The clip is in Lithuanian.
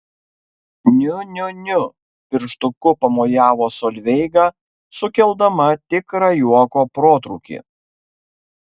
niu niu niu pirštuku pamojavo solveiga sukeldama tikrą juoko protrūkį